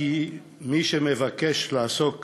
מי שמבקש לעסוק